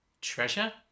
treasure